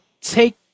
take